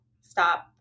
stop